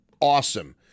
awesome